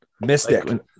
Mystic